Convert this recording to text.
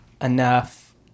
enough